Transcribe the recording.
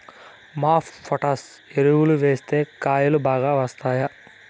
MOP potash ఎరువులు వేస్తే కాయలు బాగా వస్తాయా?